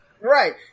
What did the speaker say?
Right